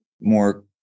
more